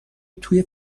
توی